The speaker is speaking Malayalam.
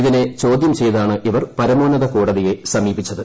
ഇതിനെ ചോദ്യം ചെയ്താണ് ഇവർ പരമോന്നത കോടതിയെ സമീപിച്ചത്